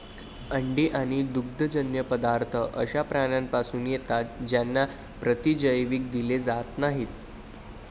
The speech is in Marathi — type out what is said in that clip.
अंडी आणि दुग्धजन्य पदार्थ अशा प्राण्यांपासून येतात ज्यांना प्रतिजैविक दिले जात नाहीत